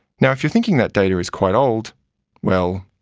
now if you're thinking that data is quite old well,